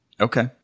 Okay